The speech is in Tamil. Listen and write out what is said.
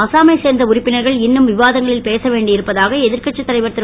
அசாமைச் சேர்ந்த உறுப்பினர்கள் இன்னும் விவாதங்களில் பேச வேண்டி இருப்பதாக எதிர்க்கட்சி தலைவர் திரு